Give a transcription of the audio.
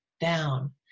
down